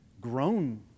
grown